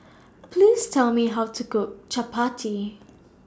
Please Tell Me How to Cook Chapati